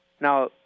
Now